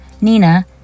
Nina